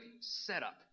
setup